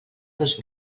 dos